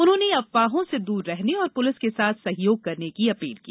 उन्होंने अफवाहों से दूर रहने और पुलिस के साथ सहयोग करने की अपील की